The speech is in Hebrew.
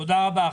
תודה רבה.